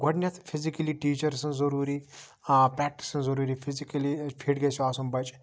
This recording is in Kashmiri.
گۄڈنیٚتھ فِزِکلی ٹیٖچر سٕنٛز ضوٚروٗری پریٚکٹِس ضوٚروٗری فِزِکلی فِٹ گَژھِ آسُن بَچہِ